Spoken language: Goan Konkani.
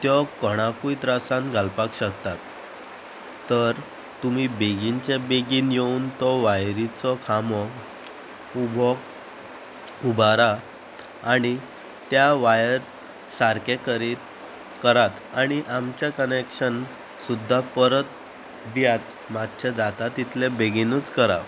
त्यो कोणाकूय त्रासांत घालपाक शकतात तर तुमी बेगीनच्या बेगीन येवन तो वायरीचो खांबो उबो उबारा आणी त्या वायर सारके करीत करात आणी आमचें कनेक्शन सुद्दां परत दियात मात्शें जाता तितले बेगीनूच करा